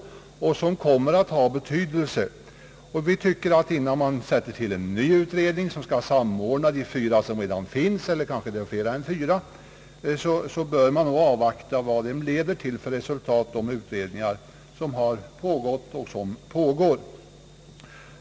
Jag tycker att innan man sätter till en ny utredning som skall samordna de fyra som redan finns — det kanske är fler än fyra — bör man avvakta vilket resultat de utredningar som har pågått och som pågår leder till.